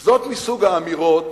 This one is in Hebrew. זה מסוג האמירות